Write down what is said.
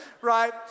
right